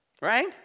right